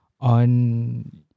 on